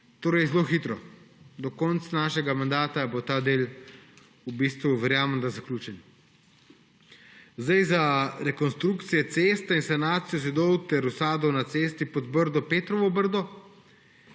Torej zelo hitro. Do konca našega mandata bo ta del, verjamem da, zaključen. Za rekonstrukcije ceste in sanacijo zidov ter usadov na cesti Podbrdo–Petrovo Brdo